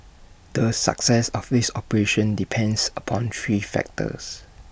the success of this operation depends upon three factors